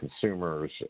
consumers